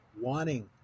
wanting